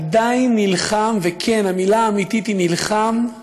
עדיין נלחם, וכן, המילה האמיתית היא "נלחם"